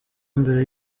mbere